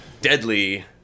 deadly